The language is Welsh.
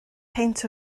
peint